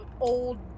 old